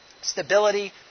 stability